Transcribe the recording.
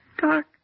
Dark